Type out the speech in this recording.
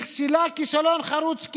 היא נכשלה כישלון חרוץ,